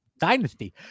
Dynasty